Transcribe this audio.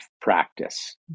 practice